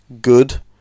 good